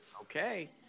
Okay